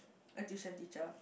a tuition teacher